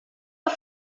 are